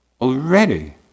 already